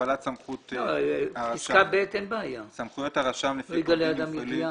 88.הפעלת סמכות סמכויות הרשם לפי כל דין